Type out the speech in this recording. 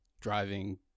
driving